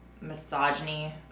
misogyny